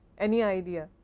any idea?